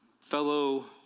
fellow